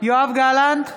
יואב גלנט,